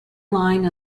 line